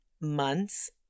months